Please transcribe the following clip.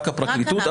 רק הפרקליטות.